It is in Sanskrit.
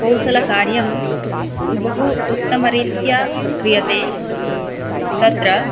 कौशलकार्यं बहु उत्तमरीत्या क्रियते तत्र